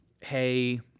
hey